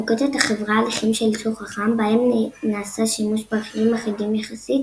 נוקטת החברה הליכים של ייצור חכם בהם נעשה שימוש ברכיבים אחידים יחסית,